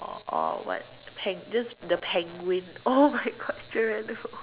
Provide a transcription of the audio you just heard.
or or what pen just the penguins !oh-my-God! Geronimo